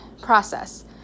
process